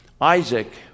Isaac